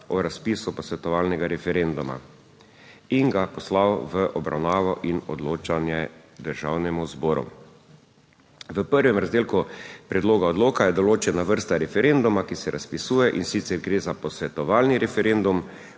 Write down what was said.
o razpisu posvetovalnega referenduma in ga poslal v obravnavo in odločanje Državnemu zboru. V prvem razdelku predloga odloka je določena vrsta referenduma, ki se razpisuje, in sicer gre za posvetovalni referendum